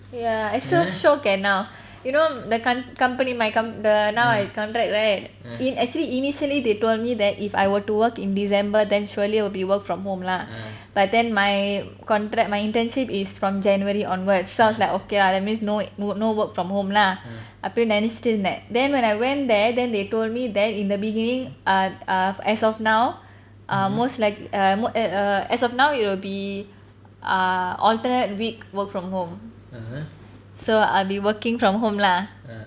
ya actual shiok eh now you know the com~ company my com~ the now my contract right in~ actually initially they told me that if I were to work in december then surely will be work from home lah but then my contract my internship is from january onwards so I was like okay lah that means no n~ no work from home lah அப்டினு நினைச்சிட்டு இருந்தேன்:apdinu ninachitu irunthen then when I went there then they told me that in the beginning ah ah as of now um most like~ err mo~ eh err as of now it will be err alternate week work from home so I'll be working from home lah